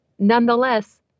Nonetheless